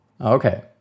Okay